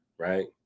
Right